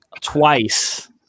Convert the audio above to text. twice